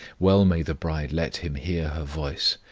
well may the bride let him hear her voice,